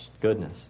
goodness